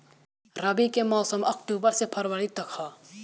रबी के मौसम अक्टूबर से फ़रवरी तक ह